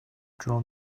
drawn